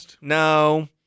no